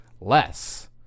less